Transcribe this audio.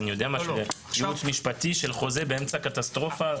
ייעוץ משפטי של חוזה באמצע קטסטרופה?